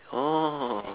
oh